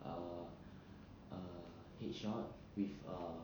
err err head shot with a